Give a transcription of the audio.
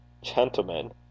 Gentlemen